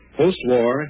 post-war